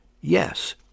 Yes